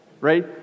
right